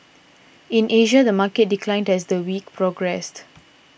in Asia the market declined as the week progressed